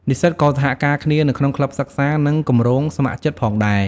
និស្សិតក៏សហការគ្នានៅក្នុងក្លឹបសិក្សា និងគម្រោងស្ម័គ្រចិត្តផងដែរ។